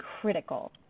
critical